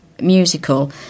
musical